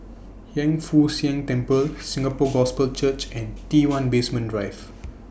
Hiang Foo Siang Temple Singapore Gospel Church and T one Basement Drive